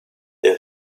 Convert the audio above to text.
der